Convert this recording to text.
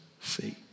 See